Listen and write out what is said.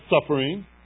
suffering